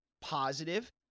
positive